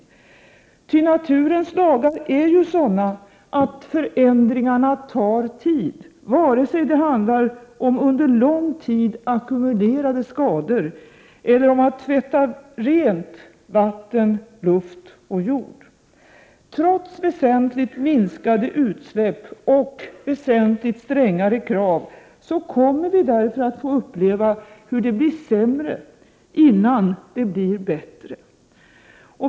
Ty naturens lagar är sådana att förändringarna tar tid — vare sig det handlar om under lång tid ackumulerade skador eller att ”tvätta” vatten, luft och jord rena. Trots väsentligt minskade utsläpp och väsentligt strängare krav kommer vi därför att få uppleva hur det blir sämre innan det blir bättre.